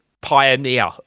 pioneer